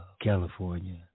California